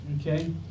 Okay